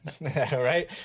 right